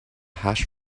hash